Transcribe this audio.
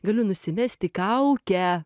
galiu nusimesti kaukę